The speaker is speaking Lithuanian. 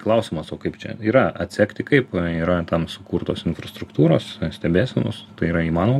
klausimas o kaip čia yra atsekti kaip yra tam sukurtos infrastruktūros stebėsenos tai yra įmanoma